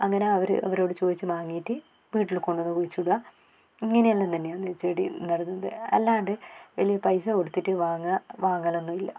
അങ്ങനെ അവർ അവരോട് ചോദിച്ചു വാങ്ങിയിട്ട് വീട്ടിൽ കൊണ്ടു വന്ന് കുഴിച്ചിടുക ഇങ്ങനെയെല്ലാം തന്നെയാണ് ചെടി നടുന്നത് അല്ലാണ്ട് വലിയ പൈസ കൊടുത്തിട്ട് വാങ്ങുക വാങ്ങലൊന്നും ഇല്ല